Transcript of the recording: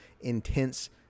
intense